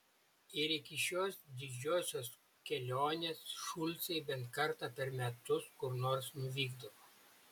ir iki šios didžiosios kelionės šulcai bent kartą per metus kur nors nuvykdavo